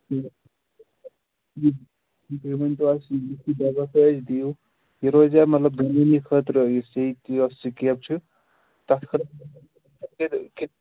بیٚیہِ ؤنۍتَو اَسہِ یِتہِ یُس یہِ دوا تُہۍ اَسہِ دِییِو یہِ روزیا مطلب یِمنٕے خٲطرٕ یُس یہِ سِکیب چھِ تَتھ خأطرٕ کِنہٕ